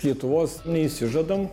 lietuvos neišsižadam